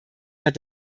hat